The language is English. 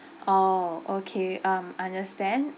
orh okay um understand